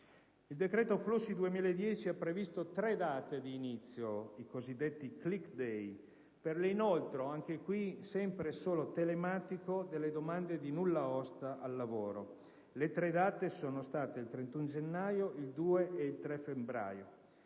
Il decreto flussi 2010 ha previsto tre date di inizio (i cosiddetti *click day*) per l'inoltro, anche in questo caso sempre e solo telematico, delle domande di nulla osta al lavoro: il 31 gennaio, il 2 ed il 3 febbraio